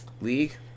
League